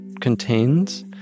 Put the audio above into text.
contains